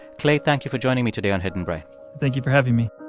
clay, thank you for joining me today on hidden brain thank you for having me